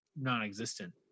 non-existent